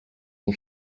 nie